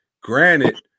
Granted